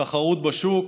תחרות בשוק,